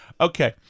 Okay